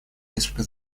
несколько